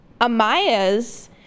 Amaya's